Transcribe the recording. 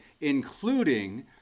including